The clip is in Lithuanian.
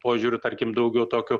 požiūriu tarkim daugiau tokiu